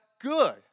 good